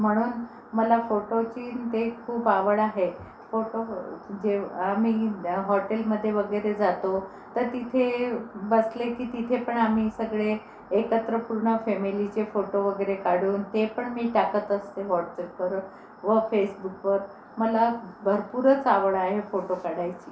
म्हणून मला फोटोची ते खूप आवड आहे फोटो जेव्हा मी या हॉटेलमध्ये वगैरे जाते तर तिथे बसले की तिथे पण आम्ही सगळे एकत्र पूर्ण फॅमिलीचे फोटो वगैरे काढून ते पण मी टाकत असते व्हॉट्स अॅपवरच व फेसबुकवर मला भरपूरच आवड आहे फोटो काढायची